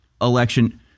election